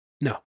No